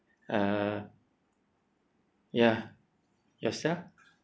uh ya yourself